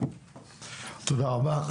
תודה רבה.